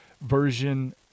version